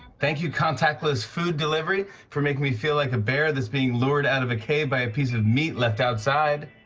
thank you, contactless food delivery, for making me feel like a bear that's being lured out of a cave by a piece of meat left outside.